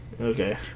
okay